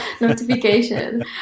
notification